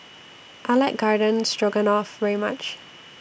I like Garden Stroganoff very much